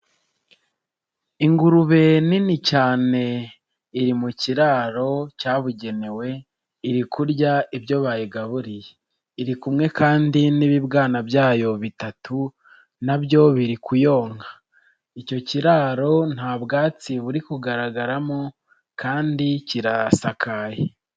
Ingurube nini cyane iri mu kiraro cyabugenewe, iri kurya ibyo bayigaburiye. Iri kumwe kandi n'ibibwana byayo bitatu nabyo biri kuyonka. Icyo kiraro nta bwatsi buri kugaragaramo kandi kirasakaye.